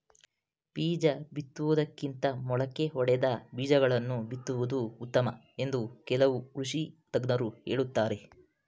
ಬೀಜ ಬಿತ್ತುವುದಕ್ಕಿಂತ ಮೊಳಕೆ ಒಡೆದ ಬೀಜಗಳನ್ನು ಬಿತ್ತುವುದು ಉತ್ತಮ ಎಂದು ಕೆಲವು ಕೃಷಿ ತಜ್ಞರು ಹೇಳುತ್ತಾರೆ